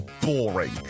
boring